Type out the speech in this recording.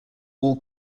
all